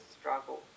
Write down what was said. struggle